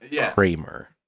kramer